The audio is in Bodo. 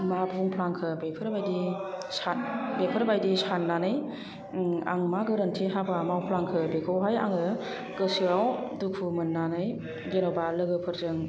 मा बुंफ्लांखो बेफोरबायदि बेफोरबायदि साननानै आं मा गोरोन्थि हाबा मावफ्लांखो बेखौहाय आङो गोसोयाव दुखु मोननानै जेन'बा लोगोफोरजों